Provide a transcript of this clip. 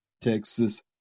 Texas